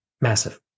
Massive